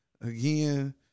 Again